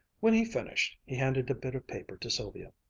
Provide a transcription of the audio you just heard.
when he finished, he handed a bit of paper to sylvia.